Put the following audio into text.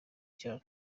cyane